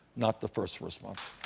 not the first response.